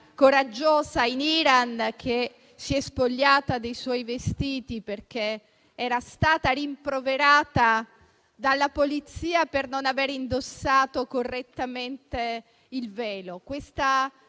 coraggiosa che in Iran si è spogliata dei suoi vestiti, perché era stata rimproverata dalla Polizia per non aver indossato correttamente il velo. Questa